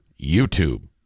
YouTube